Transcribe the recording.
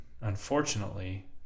unfortunately